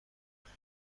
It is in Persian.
توسط